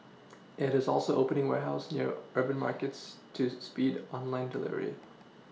it is also opening warehouses near urban markets tools speed online delivery